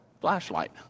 flashlight